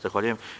Zahvaljujem.